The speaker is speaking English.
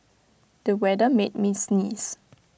the weather made me sneeze